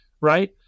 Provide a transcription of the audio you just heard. Right